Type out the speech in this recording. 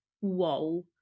whoa